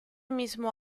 mismo